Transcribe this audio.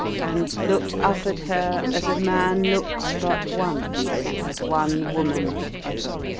and looked up at her as a man looks but once at one woman ever.